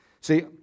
See